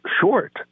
short